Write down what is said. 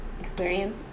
experience